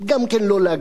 גם כן לא להגזים,